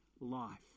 life